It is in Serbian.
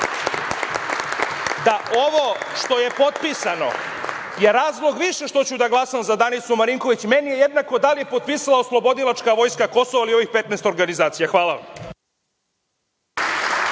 da ovo što je potpisano je razlog više što ću da glasam za Danicu Marinković. Meni je jednako da li je potpisala Oslobodilačka vojska Kosova ili ovih 15 organizacija. Hvala vam.